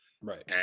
right